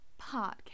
podcast